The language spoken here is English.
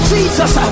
Jesus